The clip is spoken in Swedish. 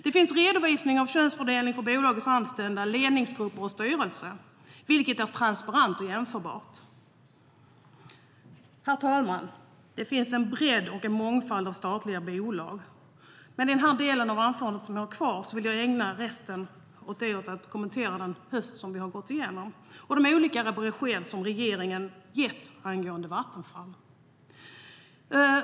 Det finns redovisningar av könsfördelning för bolagens anställda, ledningsgrupp och styrelse, vilket är transparent och jämförbart. Herr talman! Det finns en bred mångfald av statliga bolag, men min resterande talartid vill jag ägna åt att kommentera den höst vi har gått igenom och de olika besked som regeringen har gett om Vattenfall.